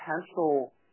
potential